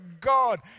God